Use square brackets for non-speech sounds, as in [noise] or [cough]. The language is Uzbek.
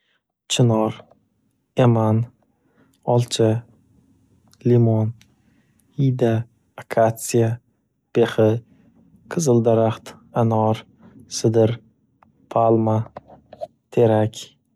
Chinor, eman, olcha, limon, iyda, akatsiya, bexi, qizil daraxt, anor, sidir, palma, [noise] terak.